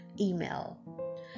email